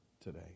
today